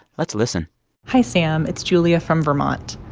let's listen hi, sam. it's julia from vermont.